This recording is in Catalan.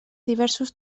diversos